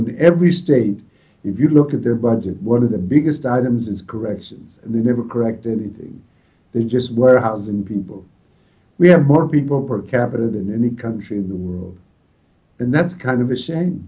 in every state if you look at their budget one of the biggest items is corrections and they never correct anything they just warehousing people we have more people per capita than any country in the room and that's kind of a shame